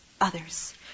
others